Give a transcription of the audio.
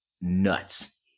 nuts